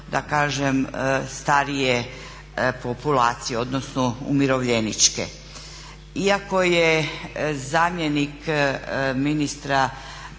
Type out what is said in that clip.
da kažem starije populacije odnosno umirovljeničke. Iako je zamjenik ministra